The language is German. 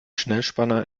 schnellspanner